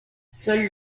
seul